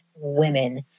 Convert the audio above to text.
women